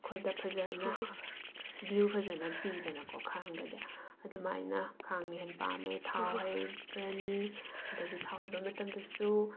ꯑꯩꯈꯣꯏꯗ ꯐꯖꯅ ꯕꯤꯌꯨ ꯐꯖꯅ ꯄꯤꯗꯅꯀꯣ ꯈꯥꯡꯗꯗꯤ ꯑꯗꯨꯃꯥꯏꯅ ꯈꯥꯡꯅ ꯍꯦꯟꯅ ꯄꯥꯝꯃꯦ ꯊꯥꯎ ꯍꯩꯕꯤꯔꯅꯤ ꯑꯗꯒꯤ ꯊꯥꯎ ꯍꯩꯕ ꯃꯇꯝꯗꯁꯨ